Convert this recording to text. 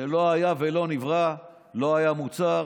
שלא היה ולא נברא: לא היה מוצר,